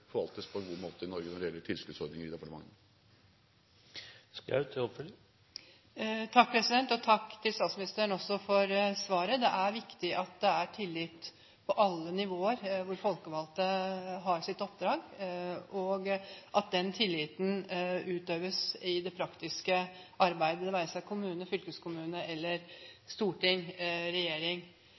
forvaltes på en god måte i Norge. Ingjerd Schou – til oppfølgingsspørsmål. Takk til statsministeren for svaret. Det er viktig at det er tillit på alle nivåer hvor folkevalgte har sitt oppdrag, og at den tilliten utøves i det praktiske arbeid – det være seg i kommune, i fylkeskommune, i storting eller i regjering.